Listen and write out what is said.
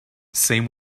same